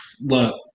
Look